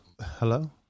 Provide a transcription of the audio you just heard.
Hello